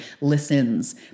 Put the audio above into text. listens